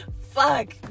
Fuck